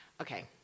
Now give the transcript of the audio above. okay